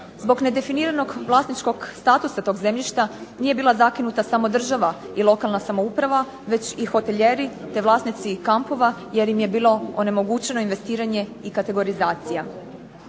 Zbog nedefiniranog vlasničkog statusa tog zemljišta nije bila zakinuta samo država i lokalna samouprava već i hotelijeri te vlasnici kampova jer im je bilo onemoguće investiranje i kategorizacija.